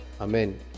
Amen